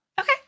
Okay